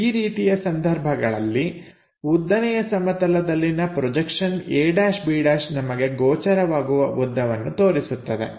ಈ ರೀತಿಯ ಸಂದರ್ಭಗಳಲ್ಲಿ ಉದ್ದನೆಯ ಸಮತಲದಲ್ಲಿನ ಪ್ರೊಜೆಕ್ಷನ್ a'b' ನಮಗೆ ಗೋಚರವಾಗುವ ಉದ್ದವನ್ನು ತೋರಿಸುತ್ತದೆ